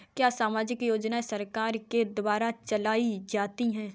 क्या सामाजिक योजनाएँ सरकार के द्वारा चलाई जाती हैं?